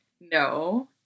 no